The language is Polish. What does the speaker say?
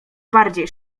bardziej